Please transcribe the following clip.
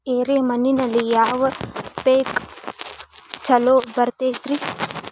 ಎರೆ ಮಣ್ಣಿನಲ್ಲಿ ಯಾವ ಪೇಕ್ ಛಲೋ ಬರತೈತ್ರಿ?